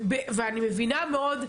ואני מבינה מאוד,